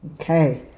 Okay